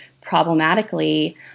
problematically